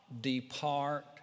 depart